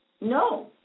No